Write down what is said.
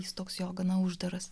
jis toks jo gana uždaras